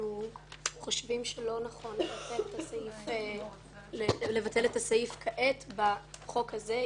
אנחנו חושבים שלא נכון לבטל את הסעיף כעת בחוק הזה.